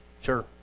sure